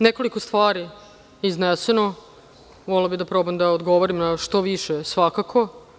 Nekoliko stvari je izneseno, pa bih volela da odgovorim na što više, svakako.